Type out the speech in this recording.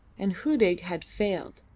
and hudig had failed!